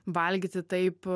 valgyti taip